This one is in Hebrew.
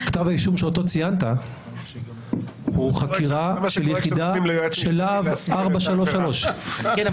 שכתב האישום שאותו ציינת הוא חקירה של יחידה של להב 433. כן,